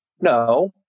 No